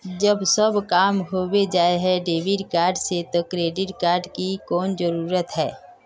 जब सब काम होबे जाय है डेबिट कार्ड से तो क्रेडिट कार्ड की कोन जरूरत है?